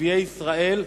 ערביי ישראל.